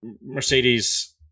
Mercedes